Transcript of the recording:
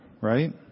right